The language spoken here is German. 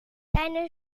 deine